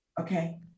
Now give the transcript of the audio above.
Okay